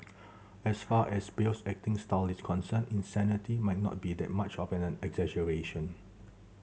as far as Bale's acting style is concerned insanity might not be that much of an exaggeration